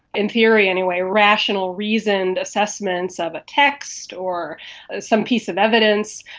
in theory anyway, rational, reasoned assessments of a text or some piece of evidence,